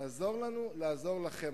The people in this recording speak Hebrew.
תעזור לנו לעזור לכם.